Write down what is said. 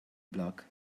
block